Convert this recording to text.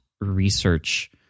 research